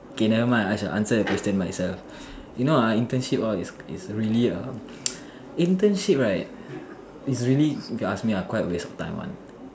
okay never mind I shall answer the question myself you know ah internship all is is really a internship right is really if you ask me ah quite waste of time one